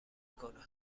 کند